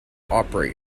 operate